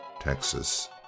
Texas